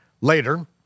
Later